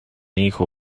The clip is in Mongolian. ийнхүү